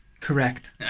correct